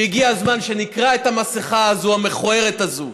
שהגיע הזמן שנקרע את המסכה המכוערת הזו,